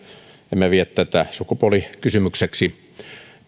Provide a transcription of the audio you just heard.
emme vie tätä sukupuolikysymykseksi